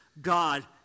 God